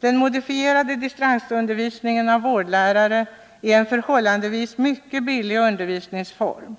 Den modifierade distansundervisningen av vårdlärare är en förhållandevis mycket billig undervisningsform.